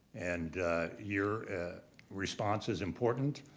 and your response is important.